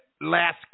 last